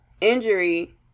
injury